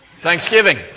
Thanksgiving